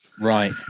right